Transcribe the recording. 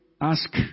ask